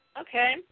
okay